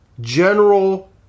general